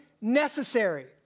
necessary